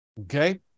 Okay